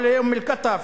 לא לאום-אל-קטף,